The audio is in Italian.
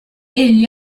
egli